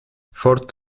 fort